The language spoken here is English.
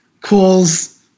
calls